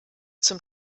zum